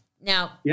Now